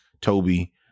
Toby